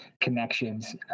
connections